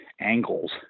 angles